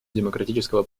демократического